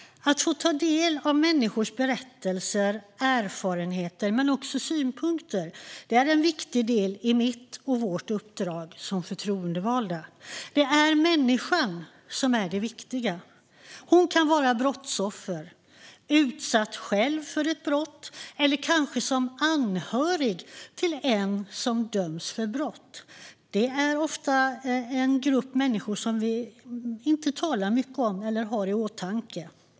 Att få ta del av människors berättelser och erfarenheter men också synpunkter är en viktig del i mitt och vårt uppdrag som förtroendevalda. Det är människan som är det viktiga. Hon kan vara brottsoffer och själv ha varit utsatt för ett brott eller vara anhörig till en som dömts för brott. Det är en grupp människor som vi inte talar så mycket om eller har i åtanke.